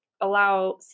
Allow